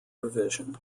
revision